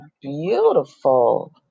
beautiful